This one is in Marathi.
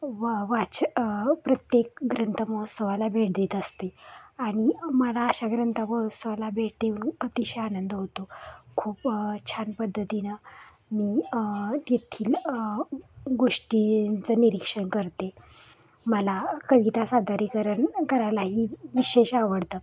वा वाच प्रत्येक ग्रंथमहोत्सवाला भेट देत असते आणि मला अशा ग्रंथमहोत्सवाला भेट देऊन अतिशय आनंद होतो खूप छान पद्धतीनं मी तेथील गोष्टींचं निरीक्षण करते मला कविता सादरीकरण करायलाही विशेष आवडतं